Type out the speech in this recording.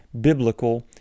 biblical